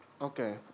Okay